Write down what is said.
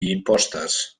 impostes